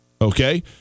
Okay